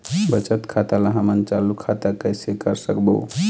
बचत खाता ला हमन चालू खाता कइसे कर सकबो?